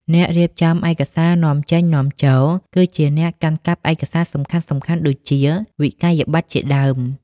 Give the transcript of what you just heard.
អ្នករៀបចំឯកសារនាំចេញ-នាំចូល គឺជាអ្នកកាន់កាប់ឯកសារសំខាន់ៗដូចជា វិក័យប័ត្រ ជាដើម។